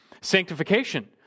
sanctification